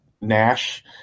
Nash